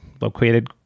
located